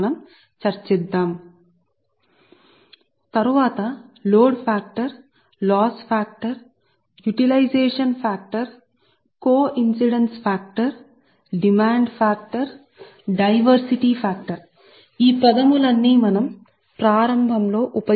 మరియు వివిధ రకాలైన లోడ్ ఫాక్టర్ లాస్ ఫాక్టర్యూటిలేజేషన్ factor demand factor coincident factor తరువాత డిమాండ్ కారకం తరువాత డైవర్సిటీ ఫాక్టర్ ప్రారంభంలో మేము సరిగ్గా ఉపయోగించిన ఈ పదములు గురించి మీకు ఉన్న కొన్ని సాధారణమైన ఆలోచనలు